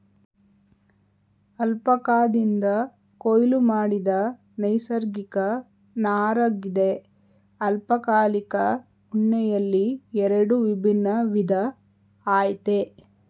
ಅಲ್ಪಕಾದಿಂದ ಕೊಯ್ಲು ಮಾಡಿದ ನೈಸರ್ಗಿಕ ನಾರಗಿದೆ ಅಲ್ಪಕಾಲಿಕ ಉಣ್ಣೆಯಲ್ಲಿ ಎರಡು ವಿಭಿನ್ನ ವಿಧ ಆಯ್ತೆ